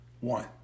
One